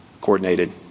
coordinated